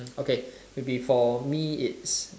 okay maybe for me it's